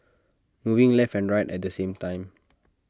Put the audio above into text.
moving left and right at the same time